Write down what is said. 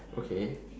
okay